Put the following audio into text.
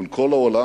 מול כול העולם,